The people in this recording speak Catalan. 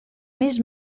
més